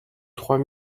trois